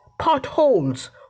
potholes